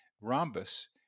rhombus